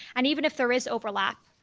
and even if there is overlap,